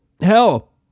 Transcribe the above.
hell